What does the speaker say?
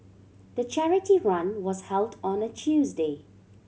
the charity run was held on a Tuesday